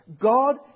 God